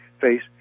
face